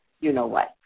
you-know-what